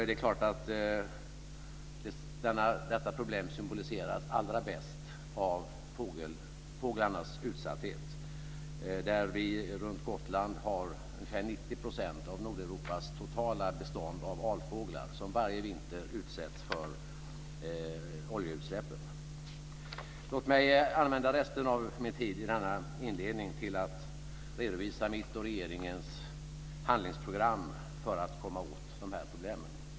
Det är klart att detta problem symboliseras allra bäst av fåglarnas utsatthet. Runt Gotland har vi ungefär 90 % av Nordeuropas totala bestånd av alfåglar, som varje vinter utsätts för oljeutsläppen. Låt mig använda resten av min tid i denna inledning till att redovisa mitt och regeringens handlingsprogram för att komma åt dessa problem.